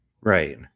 Right